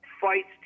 fights